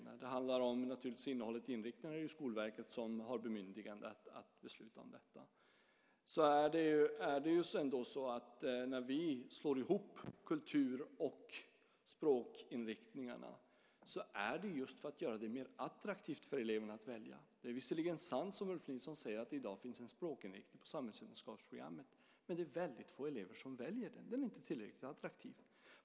När det handlar om inriktningen är det ju Skolverket som har bemyndigande att besluta. När vi slår ihop kultur och språkinriktningarna är det för att göra det mer attraktivt för eleverna. Det är visserligen sant som Ulf Nilsson säger att det i dag finns en språkinriktning på samhällsvetenskapsprogrammet, men det är väldigt få elever som väljer den. Den är inte tillräckligt attraktiv.